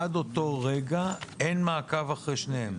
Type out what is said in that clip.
עד אותו רגע אין מעקב אחרי שניהם.